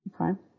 Okay